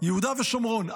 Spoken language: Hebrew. יהודה ושומרון,